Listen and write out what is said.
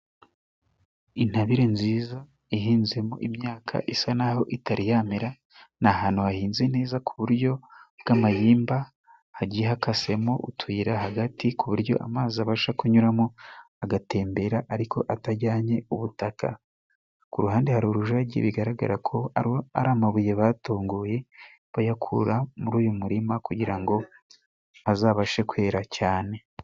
Intabire nziza ihinzemo imyaka isa n'aho itari yamera. Ni ahantu hahinze neza ku buryo bw'amabimba hagiye hakasemo utuyira hagati ku buryo amazi abasha kunyuramo agatembera ariko atajyanye ubutaka. Ku ruhande hari urujagi bigaragara ko ari amabuye batongoye bayakura muri uyu murima kugira ngo azabashe kwera cyane.